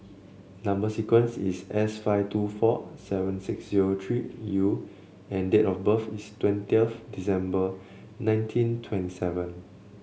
number sequence is S five two four seven six zero three U and date of birth is twentieth December nineteen twenty seven